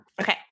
okay